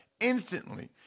instantly